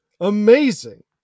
Amazing